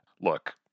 Look